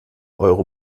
euro